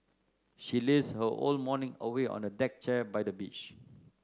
she lazed her whole morning away on a deck chair by the beach